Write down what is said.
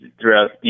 throughout